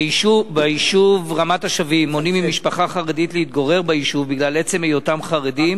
ביישוב רמות-השבים מונעים ממשפחה חרדית להתגורר בגלל עצם היותם חרדים.